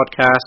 Podcast